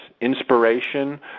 inspiration